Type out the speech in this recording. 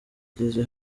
ageze